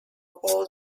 all